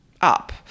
up